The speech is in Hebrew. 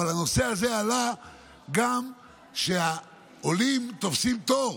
הנושא הזה עלה גם שהעולים תופסים תור,